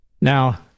Now